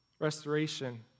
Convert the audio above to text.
restoration